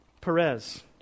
Perez